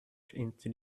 into